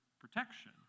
protection